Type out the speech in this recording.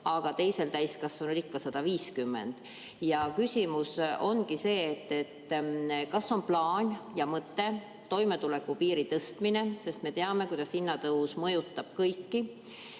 aga teisel täiskasvanul ikka 150. Küsimus ongi see. Kas on plaan ja mõte toimetulekupiiri tõsta? Sest me teame, kuidas hinnatõus mõjutab kõiki